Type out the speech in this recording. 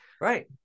right